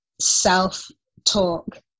self-talk